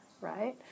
right